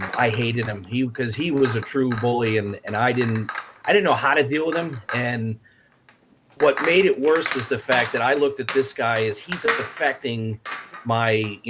um i hated him cause he was a true bully and and i didn't i didn't know how to deal with him and what made it worse was the fact that i looked at this guy as he's ah affecting my,